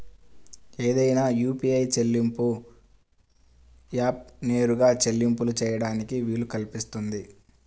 ఏదైనా యూ.పీ.ఐ చెల్లింపు యాప్కు నేరుగా చెల్లింపులు చేయడానికి వీలు కల్పిస్తుంది